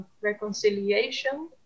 reconciliation